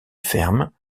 ferme